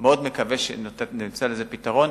אני מאוד מקווה שנמצא לזה פתרון.